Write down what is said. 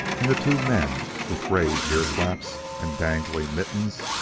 and the two men, with raised ear-flaps and dangling mittens,